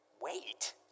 Wait